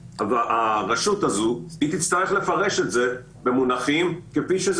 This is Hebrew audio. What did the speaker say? הרשות הזאת תצטרך לפרש את זה במונחים כפי שזה